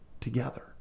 together